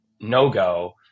no-go